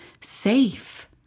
safe